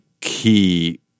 key